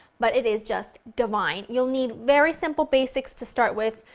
but it is just divine! you'll need very simple basics to start with.